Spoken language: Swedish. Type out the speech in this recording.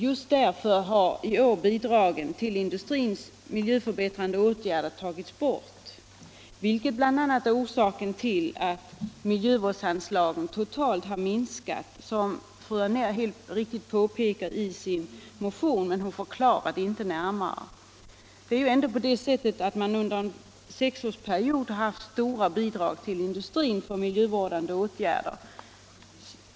Just därför har i år bidragen till industrins miljöförbättrande åtgärder tagits bort, vilket bl.a. är orsaken till att miljövårdsanslagen totalt har minskat, som fru Anér helt riktigt påpekar i sin motion; men hon förklarade det inte närmare. Det har ändå under en sexårsperiod lämnats stora bidrag till industrin för miljövårdande åtgärder.